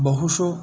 बहुषु